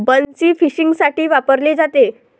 बन्सी फिशिंगसाठी वापरली जाते